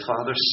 Father